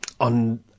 On